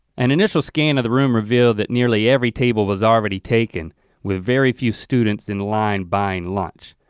an initial scan of the room revealed that nearly every table was already taken with very few students in line buying lunch.